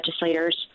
legislators